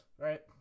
Right